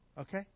Okay